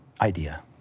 idea